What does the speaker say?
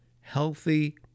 Healthy